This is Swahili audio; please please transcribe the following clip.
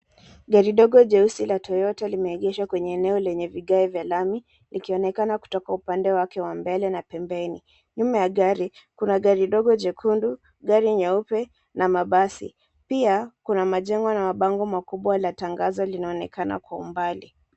Gari ndogo jeusi la Toyota limegeshwa kwenye eneo lenye vigae vya lami likionekana kutoka upande wake wa mbele na pembeni. Nyuma ya gari kuna gari ndogo jekundu, gari nyeupe na mabasi. Pia kuna majengo na mabango makubwa la tangazo linaonekana kwa umbali.